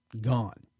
Gone